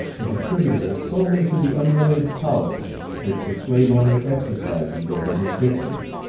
is attributable, solely to the unlimited power which the slave owner exercises over his victim.